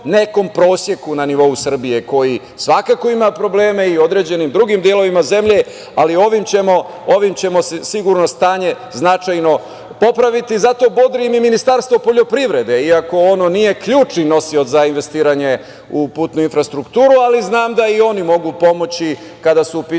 nekom proseku na nivou Srbije, koji svakako ima probleme i u određenim drugim delovima zemlje, ali ovim ćemo sigurno stanje značajno popraviti. Zato bodrim i Ministarstvo poljoprivrede, iako ono nije ključni nosilac za investiranje u putnu infrastrukturu, ali znam da i oni mogu pomoći kada su u pitanju